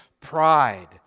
pride